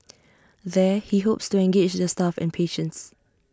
there he hopes to engage the staff and patients